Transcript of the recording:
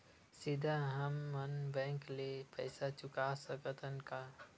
सीधा हम मन बैंक ले पईसा चुका सकत हन का?